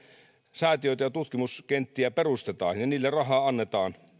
säätiöitä ja tutkimuskenttiä perustetaan ja niille rahaa annetaan